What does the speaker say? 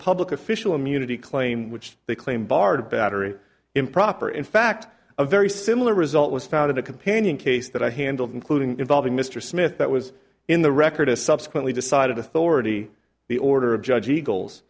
public official immunity claim which they claim barred battery improper in fact a very similar result was found in a companion case that i handled including involving mr smith that was in the record a subsequently decided authority the order of judge